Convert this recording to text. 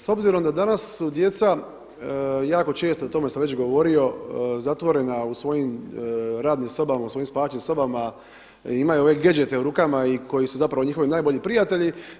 S obzirom da su danas djeca jako često, o tome sam već govorio zatvorena u svojim radnim sobama, svojim spavaćim sobama, imaju ove gadgete u rukama i koji su zapravo njihovi najbolji prijatelji.